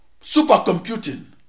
supercomputing